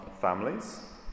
families